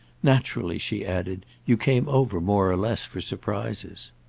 naturally, she added, you came over more or less for surprises.